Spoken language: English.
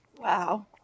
Wow